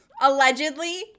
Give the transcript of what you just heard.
allegedly